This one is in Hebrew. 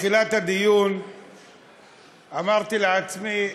בתחילת הדיון אמרתי לעצמי,